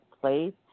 place